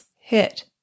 hit